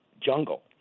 jungle